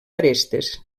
arestes